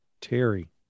Terry